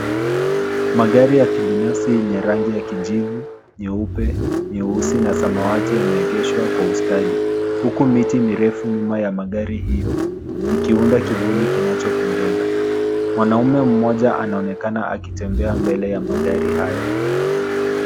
Magari ya kibinafsi yenye rangi ya kijivu, nyeupe, nyeusi na samawati yameegeshwa kwa ustadi huku miti mirefu nyuma ya magari hiyo, ikiunda kivuli kinachopendeza. Mwanaume mmoja anaonekana akitembea mbele ya magari hayo.